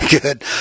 Good